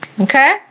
okay